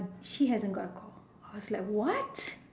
she hasn't got a call I was like what